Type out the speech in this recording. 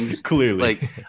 Clearly